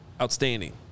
outstanding